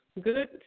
good